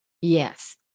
Yes